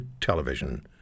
television